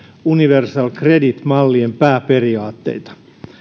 universal credit mallien pääperiaatteita